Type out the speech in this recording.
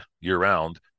year-round